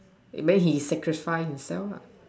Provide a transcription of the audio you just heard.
it mean he sacrifice himself lah